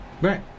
right